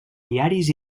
diaris